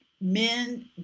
men